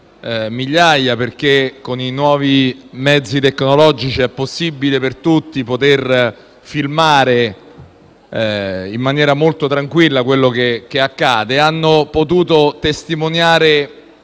migliaia, perché con i nuovi mezzi tecnologici è possibile per tutti filmare tranquillamente quello che accade, hanno potuto testimoniare